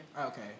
Okay